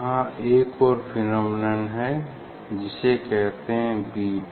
यहाँ एक और फेनोमेनन हैं जिसे कहते हैं बीट